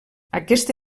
aquesta